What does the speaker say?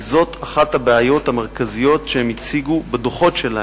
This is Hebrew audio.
כי זאת אחת הבעיות המרכזיות שהם הציגו בדוחות שלהם,